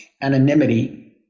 anonymity